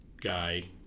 guy